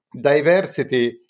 diversity